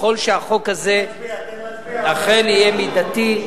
ככל שהחוק הזה אכן יהיה מידתי.